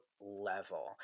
level